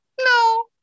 No